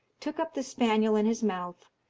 took up the spaniel in his mouth,